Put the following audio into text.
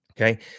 Okay